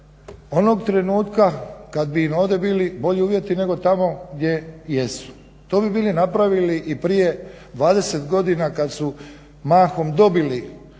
onog trenutka kad bi im ovdje bili bolji uvjeti nego tamo gdje jesu, to bi bili napravili i prije 20 godina kad su mahom dobili